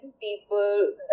people